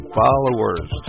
followers